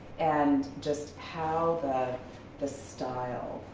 and just how the style,